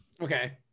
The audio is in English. okay